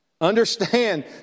Understand